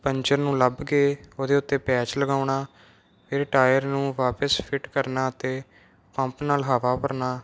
puncture ਨੂੰ ਲੱਭ ਕੇ ਉਹਦੇ ਉੱਤੇ ਪੈਚ ਲਗਾਉਣਾ ਇਹ ਟਾਇਰ ਨੂੰ ਵਾਪਸ ਫਿਟ ਅਤੇ ਪੰਪ ਨਾਲ ਹਵਾ ਭਰਨਾ